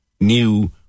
new